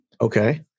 Okay